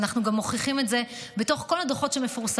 ואנחנו גם מוכיחים את זה בתוך כל הדוחות שמפורסמים,